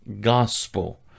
gospel